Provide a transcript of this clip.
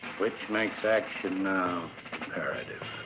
which makes action now imperative.